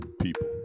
people